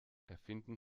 erfinden